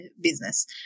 business